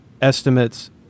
estimates